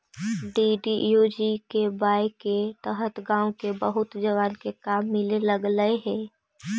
DDUGKY के तहत गाँव के बहुत जवान के काम मिले लगले हई